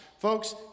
Folks